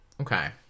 Okay